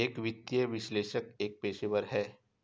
एक वित्तीय विश्लेषक एक पेशेवर है